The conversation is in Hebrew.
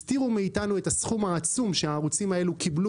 הסתירו מאיתנו את הסכום העצום שהערוצים האלה קיבלו